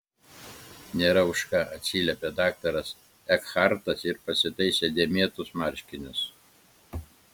nėra už ką atsiliepė daktaras ekhartas ir pasitaisė dėmėtus marškinius